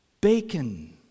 Bacon